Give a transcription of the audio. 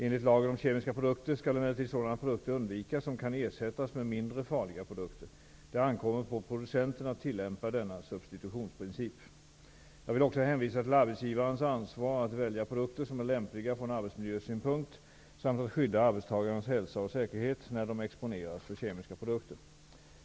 Enligt lagen om kemiska produkter skall emellertid sådana produkter undvikas som kan ersättas med mindre farliga produkter. Det ankommer på producenten att tillämpa denna substitutionsprincip. Jag vill också hänvisa till arbetsgivarens ansvar att välja produkter som är lämpliga från arbetsmiljösynpunkt samt att skydda arbetstagarnas hälsa och säkerhet när de exponeras för kemiska produkter.